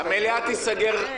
הישיבה ננעלה